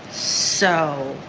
so